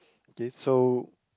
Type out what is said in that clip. okay so